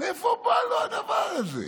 מאיפה בא לו הדבר הזה?